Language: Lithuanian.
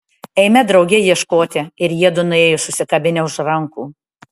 eime drauge ieškoti ir jiedu nuėjo susikabinę už rankų